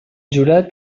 jurat